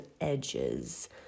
edges